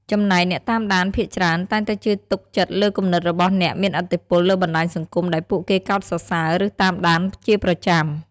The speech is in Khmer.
ចំណែកអ្នកតាមដានភាគច្រើនតែងតែជឿទុកចិត្តលើគំនិតរបស់អ្នកមានឥទ្ធិពលលើបណ្តាញសង្គមដែលពួកគេកោតសរសើរ ឬតាមដានជាប្រចាំ។